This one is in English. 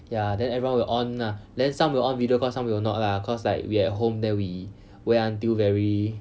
ya then everyone will on uh then some will on video call some will not lah cause like we at home then we wear until very